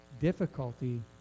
difficulty